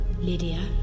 Lydia